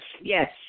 yes